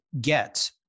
get